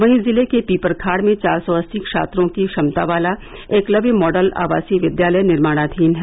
वहीं जिले के पीपरखाड़ में चार सौ अस्सी छात्रों की क्षमता वाला एकलय्य मॉडल आवासीय विद्यालय निर्माणाधीन है